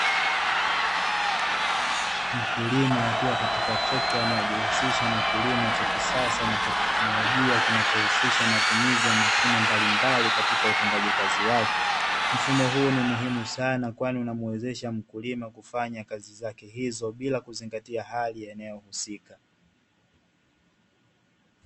Mkulima akiwa katika trekta inayojihusisha na kilimo cha kisasa na teknolojia, kinachohusisha matumizi ya mashine mbalimbali katika utumiaji wake, mfumo huu ni muhimu sana kwani unamuwezesha mkulima kufanya kazi zake hizo bila kuzingatia hali ya eneo husika.